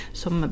som